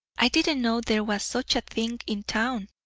i didn't know there was such a thing in town.